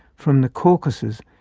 from the caucasus,